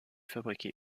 fabriquée